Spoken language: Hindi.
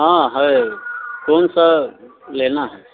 हाँ है कौन सा लेना है